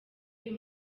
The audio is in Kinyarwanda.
uyu